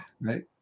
right